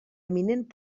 eminent